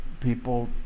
people